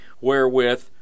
wherewith